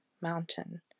mountain